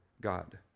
God